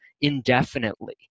indefinitely